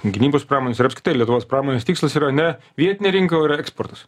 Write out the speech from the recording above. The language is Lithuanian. gynybos pramonės ir apskritai lietuvos pramonės tikslas yra ne vietinė rinka o yra eksportas